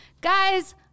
Guys